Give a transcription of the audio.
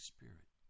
Spirit